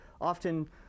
often